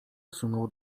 wsunął